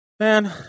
Man